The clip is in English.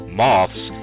moths